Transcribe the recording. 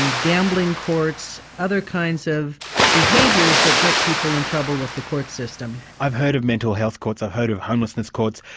and gambling courts, other kinds of behaviours that get people in trouble with the court system. i've heard of mental health courts, i've heard of homelessness courts,